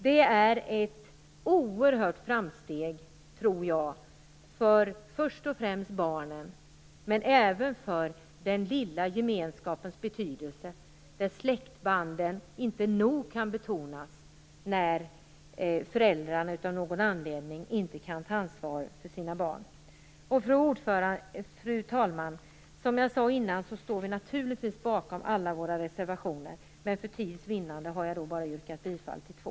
Det är ett oerhört framsteg, tror jag, för först och främst barnen, men även för den lilla gemenskapens betydelse. Släktbanden kan inte nog betonas när föräldrarna av någon anledning inte kan ta ansvar för sina barn. Fru talman! Som jag sade tidigare står vi naturligtvis bakom alla våra reservationer, men för tids vinnande har jag bara yrkat bifall till två.